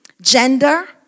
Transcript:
Gender